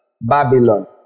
Babylon